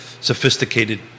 sophisticated